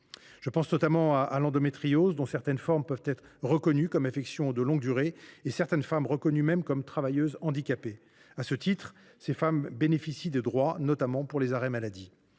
Je pense notamment à l’endométriose, dont certaines formes peuvent être caractérisées comme des affections de longue durée ; certaines femmes peuvent même être reconnues comme travailleuses handicapées. À ce titre, elles bénéficient de droits, notamment pour les arrêts maladie.